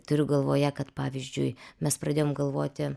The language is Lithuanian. turiu galvoje kad pavyzdžiui mes pradėjom galvoti